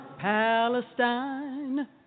Palestine